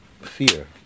fear